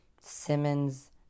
Simmons